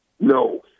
No